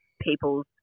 people's